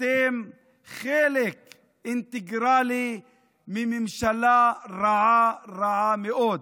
אתם חלק אינטגרלי מממשלה רעה, רעה מאוד.